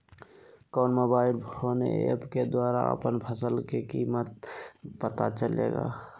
कौन mobile phone app के द्वारा अपन फसल के कीमत पता चलेगा?